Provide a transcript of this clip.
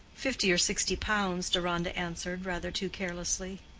fifty or sixty pounds, deronda answered, rather too carelessly.